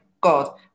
god